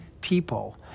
people